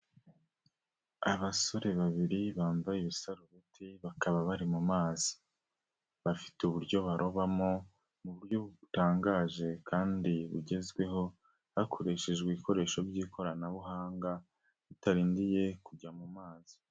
Abasore babiri bambaye ibisarubeti bakaba bari mu mazi, bafite uburyo barobamo mu buryo butangaje kandi bugezweho, hakoreshejwe ibikoresho by'ikoranabuhanga, bitarindiye kujya mu mazi.